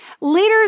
Leaders